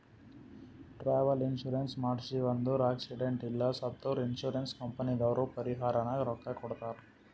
travel insurance ಮಾಡ್ಸಿವ್ ಅಂದುರ್ accident ಇಲ್ಲ ಸತ್ತುರ್ ಇನ್ಸೂರೆನ್ಸ್ ಕಂಪನಿದವ್ರು ಪರಿಹಾರನಾಗ್ ರೊಕ್ಕಾ ಕೊಡ್ತಾರ್